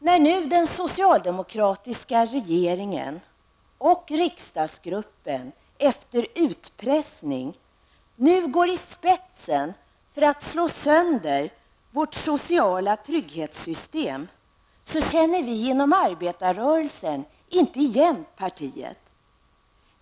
När den socialdemokratiska regeringen och riksdagsgruppen efter utpressning nu går i spetsen för att slå sönder vårt sociala trygghetssystem känner vi inom arbetarrörelsen inte igen partiet.